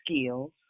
skills